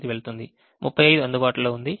25 వెళుతుంది 35 అందుబాటులో ఉంది